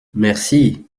merci